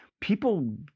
people